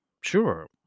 sure